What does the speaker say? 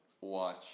watch